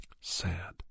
sad